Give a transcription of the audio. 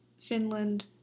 Finland